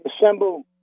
assemble